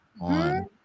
on